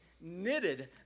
knitted